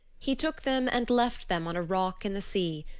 he took them and left them on a rock in the sea,